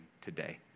today